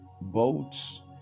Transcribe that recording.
boats